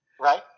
Right